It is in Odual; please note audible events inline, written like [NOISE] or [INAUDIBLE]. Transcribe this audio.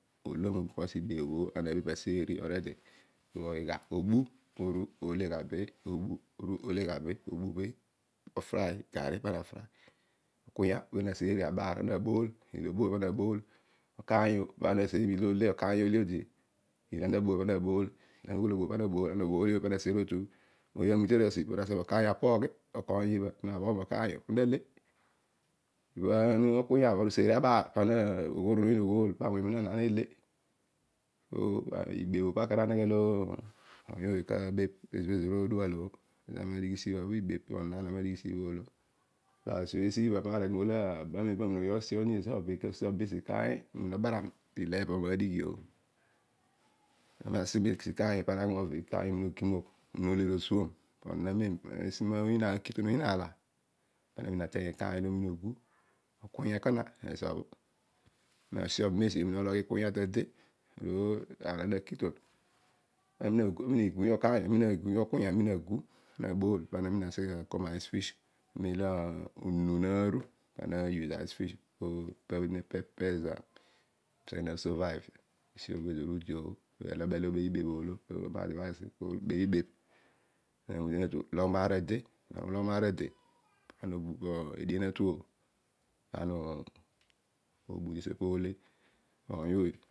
Ologheri ofocus ibebho because ana abebh aseeki po oghiga obu ole gha be. igarri pana fry ikunya panagu ikaiy esi pana seeri milole totu. iba ana taboolo pana bool. ana oboolio pana seeri totu. ooy anrute aru punaseghe mokaiy apooghi pu na ale obho okunya obho abaar pu nole [UNINTELLIGIBLE] so ibebh pobho akar aneghe molo ezira obobho odual obho. Esiibha ibebh [UNINTELLIGIBLE] ezobho esiibha pa ami na tu moghi ova onon esi ikaiy obaram nileebo bho ami na dighio. Ana si mesi ikaiy obho abele pana ki mo deghion awuny ikaiy obho ogimogh. irol ikiton oyiin aala. pana teiy ikaiy lo ole ikunya ekana [UNINTELLIGIBLE] ana logh ikunya tade. amem aala na pana aki agu meguru okary amina gu megury okunya pana bool amina akwom icefish [UNINTELLIGIBLE] ipabho punepel zami tesibho ezor udio ezo lo obele obebh ibebh oolo. bebh ibebh arunu natu. logh maar tade. ana ulogh maar tade. edie natuo pana ouse opobho ole. oiy ooy